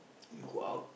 you go out